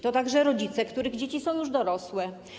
To także rodzice, których dzieci są już dorosłe.